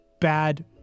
bad